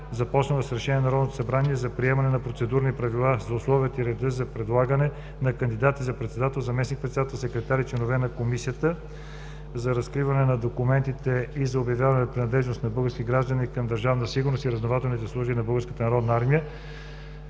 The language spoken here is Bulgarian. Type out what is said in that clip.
започнала с Решение на Народното събрание за приемане на процедурни правила за условията и реда за предлагане на кандидати за председател, заместник-председател, секретар и членове на Комисията за разкриване на документите и за обявяване на принадлежност на български граждани към Държавна сигурност и разузнавателните служби на Българската народна армия,